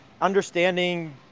understanding